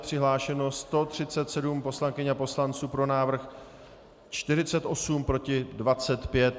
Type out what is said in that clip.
Přihlášeno 137 poslankyň a poslanců, pro návrh 48, proti 25.